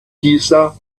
giza